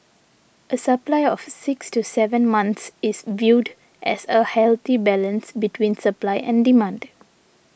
a supply of six to seven months is viewed as a healthy balance between supply and demand